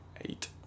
eight